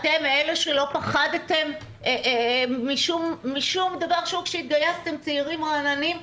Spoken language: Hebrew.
אתם אלה שלא פחדתם משום דבר כשהתגייסתם צעירים ורעננים.